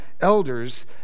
elders